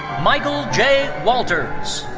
michael j. walters.